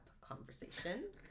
conversation